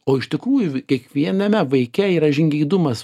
o iš tikrųjų kiekviememe vaike yra žingeidumas